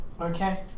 Okay